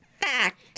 fact